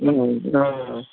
অঁ